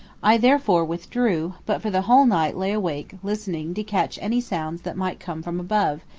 i therefore withdrew, but for the whole night lay awake listening to catch any sounds that might come from above,